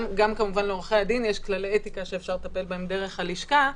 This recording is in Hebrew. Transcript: כמובן גם לעורכי הדין יש כללי אתיקה שאפשר לטפל בהם דרך הלשכה,